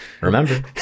remember